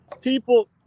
People